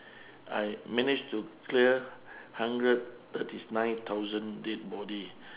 I managed to clear hundred thirty nine thousand dead body